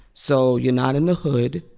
so you're not in the hood.